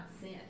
sin